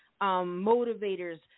motivators